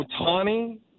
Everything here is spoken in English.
Otani